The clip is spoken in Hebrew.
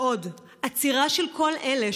עצירה של כל אלה,